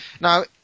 Now